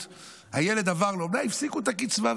נכות, הילד עבר לאומנה, הפסיקו את הקצבה.